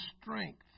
strength